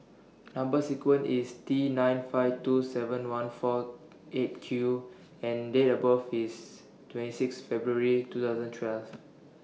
Number sequence IS T nine five two seven one four eight Q and Date of birth IS twenty six February two thousand and twelve